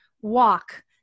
walk